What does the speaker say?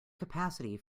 capacity